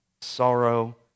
sorrow